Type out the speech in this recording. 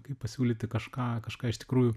kaip pasiūlyti kažką kažką iš tikrųjų